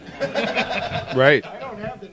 Right